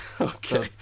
Okay